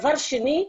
דבר שני,